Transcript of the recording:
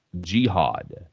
jihad